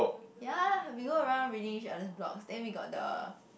ya lah we go around reading each other blog then we got the